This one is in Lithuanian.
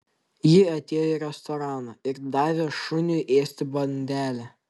ji atėjo į restoraną ir davė šuniui ėsti bandelę